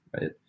right